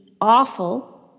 awful